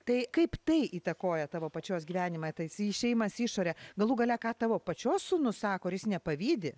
tai kaip tai įtakoja tavo pačios gyvenimą tarsi išėjimas į išorę galų gale ką tavo pačios sūnus sako ar jis nepavydi